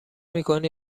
میکنی